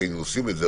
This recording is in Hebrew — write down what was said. היינו עושים את זה,